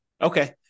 Okay